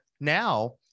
now